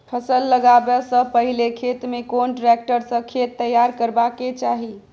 फसल लगाबै स पहिले खेत में कोन ट्रैक्टर स खेत तैयार करबा के चाही?